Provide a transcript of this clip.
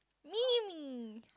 me me